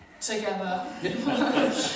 together